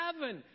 heaven